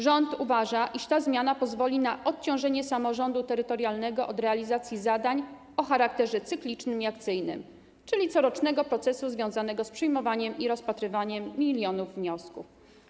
Rząd uważa, iż ta zmiana pozwoli na odciążenie samorządu terytorialnego od realizacji zadań o charakterze cyklicznym i akcyjnym, czyli corocznego procesu związanego z przyjmowaniem i rozpatrywaniem milionów wniosków.